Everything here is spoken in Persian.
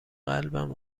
قلبم